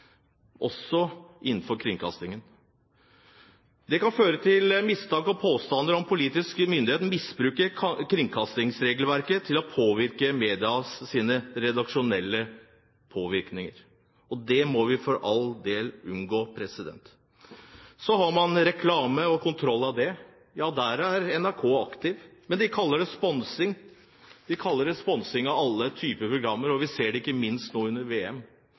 også innenfor kringkastingen? Det kan føre til mistanke og påstander om at politiske myndigheter misbruker kringkastingsregelverket til å påvirke medias redaksjonelle prioriteringer. Det må vi for all del unngå. Så har man reklame og kontroll av den. Ja, der er NRK aktiv. Men de kaller det sponsing. De kaller det sponsing av alle typer programmer, og vi ser det ikke minst nå under VM.